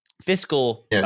fiscal